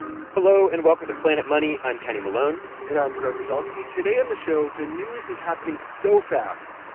hello, and welcome to planet money. i'm kenny malone and i'm greg rosalsky. today on the show, the news is happening so fast,